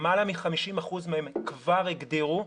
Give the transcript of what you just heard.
למעלה מ-50 אחוזים מהן כבר הגדירו,